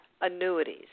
annuities